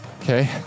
Okay